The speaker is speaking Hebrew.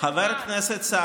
חבריי חברי הכנסת,